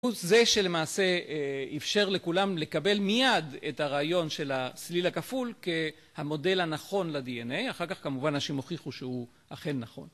הוא זה שלמעשה אפשר לכולם לקבל מיד את הרעיון של הסליל הכפול כהמודל הנכון ל-DNA, אחר כך כמובן אנשים הוכיחו שהוא אכן נכון.